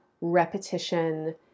repetition